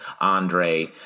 Andre